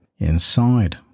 inside